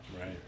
Right